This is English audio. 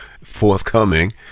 forthcoming